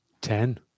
Ten